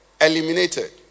eliminated